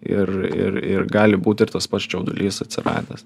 ir ir ir gali būt ir tas pats čiaudulys atsiradęs